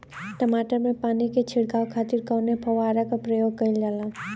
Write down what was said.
टमाटर में पानी के छिड़काव खातिर कवने फव्वारा का प्रयोग कईल जाला?